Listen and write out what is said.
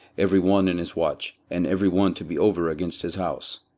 every one in his watch, and every one to be over against his house.